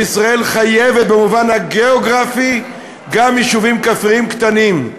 וישראל חייבת במובן הגיאוגרפי גם יישובים כפריים קטנים.